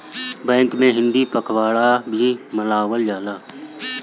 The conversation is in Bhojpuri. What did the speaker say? बैंक में हिंदी पखवाड़ा भी मनावल जाला